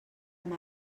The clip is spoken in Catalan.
amb